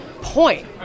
point